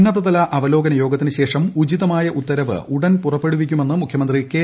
ഉന്നതതല അവലോകന യോഗത്തിനു ശേഷം ഉചിതമായ ഉത്തരവ് ഉടൻ പുറപ്പെടുവിക്കുമെന്ന് മുഖ്യമന്ത്രി കെ